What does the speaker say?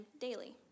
daily